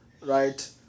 right